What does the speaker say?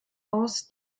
aus